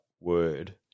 word